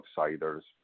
outsiders